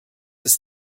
ist